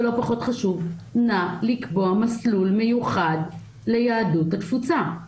ולא פחות חשוב: נא לקבוע מסלול מיוחד ליהדות התפוצות.